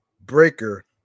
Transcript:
Breaker